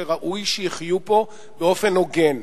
שראוי שיחיו פה באופן הוגן.